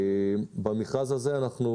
במכרז הזה אנחנו